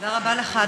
תודה רבה לך,